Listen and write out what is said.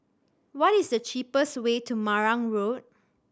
what is the cheapest way to Marang Road